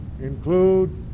include